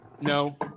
No